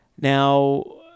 Now